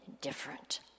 different